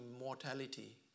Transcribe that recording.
immortality